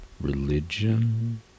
religion